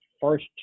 first